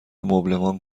مبلمان